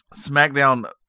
SmackDown